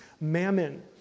Mammon